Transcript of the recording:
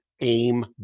aim